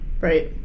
Right